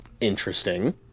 interesting